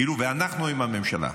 כאילו שאנחנו עם הממשלה.